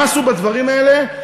מה עשו בדברים האלה?